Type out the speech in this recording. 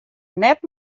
net